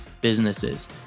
businesses